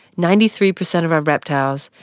ninety three per cent of our reptiles,